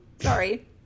Sorry